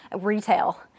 retail